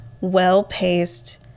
well-paced